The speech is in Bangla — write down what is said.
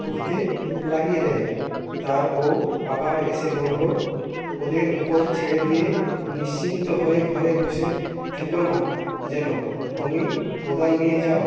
খুঁড়তে লাগিয়ে দেয় তার বউ আবার এসে বললো ওদের উপর ছেড়ে দিয়ে নিশ্চিন্ত হয়ে ঘরে বসে থেকো না যেন তুমি কোদাল নিয়ে যাও